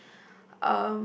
um